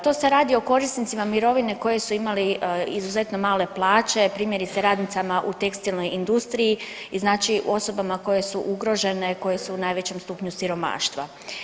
To se radi o korisnicima mirovine koji su imali izuzetno male plaće, primjerice radnicama u tekstilnoj industriji i znači osobama koje su ugrožene koje su u najvećem stupnju siromaštva.